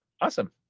awesome